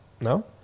No